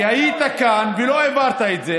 כי היית כאן ולא העברת את זה,